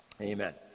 Amen